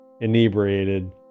inebriated